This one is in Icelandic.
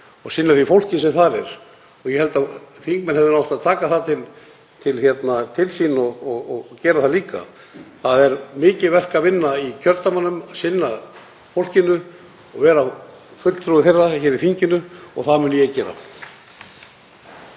og sinna því fólki sem þar er og ég held að þingmenn hefðu átt að taka það til sín og gera það líka. Það er mikið verk að vinna í kjördæmunum, sinna fólkinu og vera fulltrúi þess hér í þinginu og það mun ég gera.